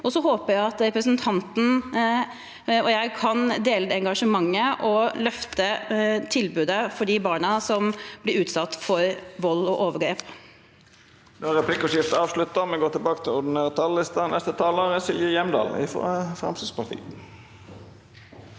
Jeg håper at representanten og jeg kan dele det engasjementet og løfte tilbudet for de barna som blir utsatt for vold og overgrep.